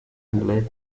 late